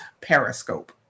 Periscope